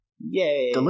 Yay